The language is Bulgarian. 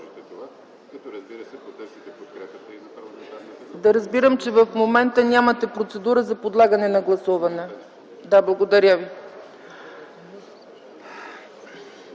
Да разбирам, че в момента нямате процедура за подлагане на гласуване? Благодаря Ви.